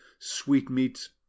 sweetmeats